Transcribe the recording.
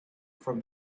from